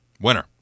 winner